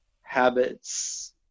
Habits